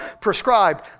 prescribed